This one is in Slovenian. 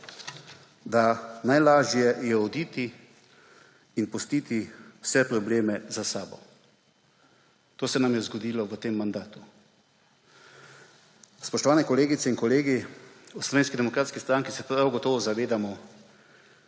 da najlažje je oditi in pustiti vse probleme za sabo. To se nam je zgodilo v tem mandatu. Spoštovani kolegice in kolegi, v Slovenski demokratski stranki se prav gotovo zavedamo